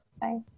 Bye